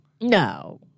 No